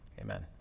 Amen